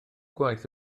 gwaith